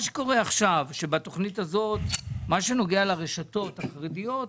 בתוכנית הזאת מה שנוגע לרשתות החרדיות,